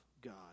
God